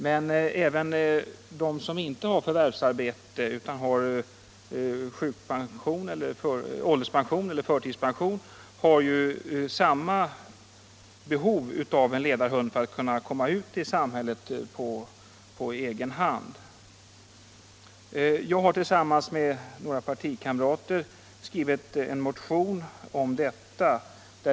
Men även de som inte har förvärvsarbete utan har ålderspension eller förtidspension har behov av en ledarhund för att kunna komma ut i samhället på egen hand. | Jag har tillsammans med några partikamrater väckt en motion om detta.